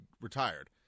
retired